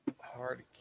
Hard